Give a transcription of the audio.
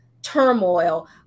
turmoil